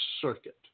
circuit